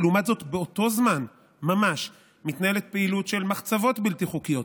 ולעומת זאת באותו זמן ממש מתנהלת פעילות של מחצבות בלתי חוקיות,